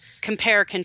compare